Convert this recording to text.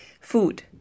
Food